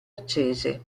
accese